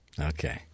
Okay